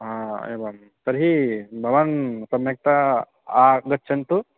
हा एवं तर्हि भवान् सम्यक्तया आगच्छन्तु